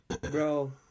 bro